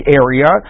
area